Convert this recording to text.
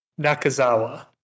Nakazawa